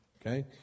okay